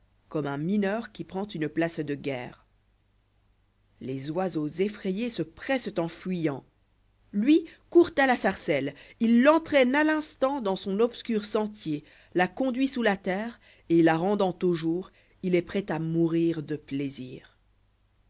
comme un mineur qui prend une place de guerre les oiseaux effrayés se pressent en fuyant lui court à la sarcelle il l'entraîne à knstant dans son obscur sentier la conduit sous la terre et la rendant au jour il est prêt à mourir de plaisir